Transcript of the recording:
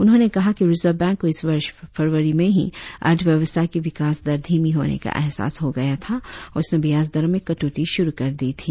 उन्होंने कहा कि रिजर्व बैंक को इस वर्ष फरवरी में ही अर्थव्यवस्था की विकास दर धीमी होने का एहसास हो गया था और उसने ब्याज दरों में कटौती शुरु कर दी थी